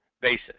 basis